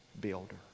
builder